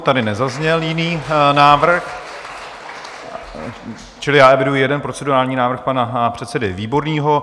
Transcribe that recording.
Tady nezazněl jiný návrh, čili já eviduji jeden procedurální návrh pana předsedy Výborného.